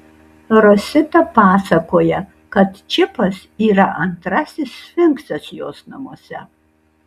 rosita pasakoja kad čipas yra antrasis sfinksas jos namuose